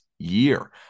year